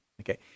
Okay